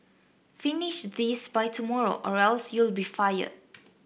finish this by tomorrow or else you'll be fired